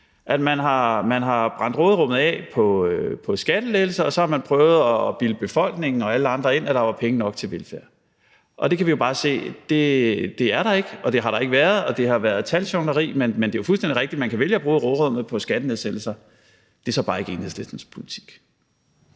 at man har brændt råderummet af på skattelettelser, og så har man prøvet at bilde befolkningen og alle andre ind, at der var penge nok til velfærd. Og vi kan jo bare se, at det er der ikke, at det har der ikke været, og at det har været taljonglering. Men det er jo fuldstændig rigtigt, at man kan vælge at bruge råderummet på skattenedsættelser; det er så bare ikke Enhedslistens politik.